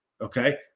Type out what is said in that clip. okay